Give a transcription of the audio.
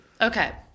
Okay